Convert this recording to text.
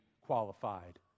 qualified